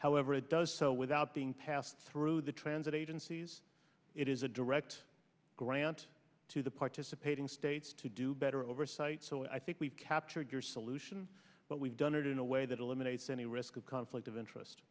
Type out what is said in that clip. however it does so without being passed through the transit agencies it is a direct grant to the participating states to do better oversight so i think we've captured your solution but we've done it in a way that eliminates any risk of conflict of interest